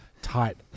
Tight